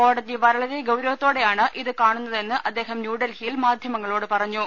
കോടതി വളരെ ഗൌരവത്തോടെയാണ് ഇത് കാണുന്നതെന്ന് അദ്ദേഹം ന്യൂഡൽഹിയിൽ മാധ്യമങ്ങളോട് പറഞ്ഞു